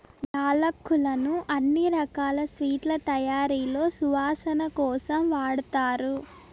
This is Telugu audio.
యాలక్కులను అన్ని రకాల స్వీట్ల తయారీలో సువాసన కోసం వాడతారు